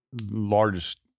largest